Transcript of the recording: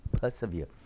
persevere